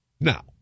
Now